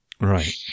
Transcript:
right